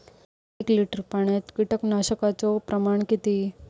एक लिटर पाणयात कीटकनाशकाचो प्रमाण किती?